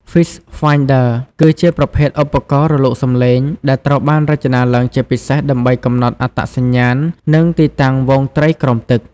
Fish Finder គឺជាប្រភេទ ឧបករណ៍រលកសំឡេង ដែលត្រូវបានរចនាឡើងជាពិសេសដើម្បីកំណត់អត្តសញ្ញាណ និងទីតាំងហ្វូងត្រីក្រោមទឹក។